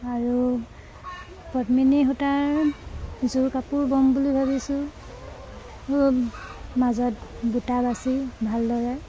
আৰু পদ্মিনী সূতাৰ যোৰ কাপোৰ বম বুলি ভাবিছোঁ মাজত বুটা বাছি ভালদৰে